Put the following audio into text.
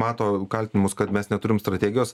mato kaltinimus kad mes neturim strategijos